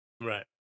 Right